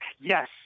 yes